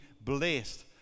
blessed